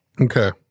Okay